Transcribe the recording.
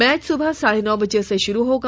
match सुबह साढ़े नौ बजे से शुरू होगा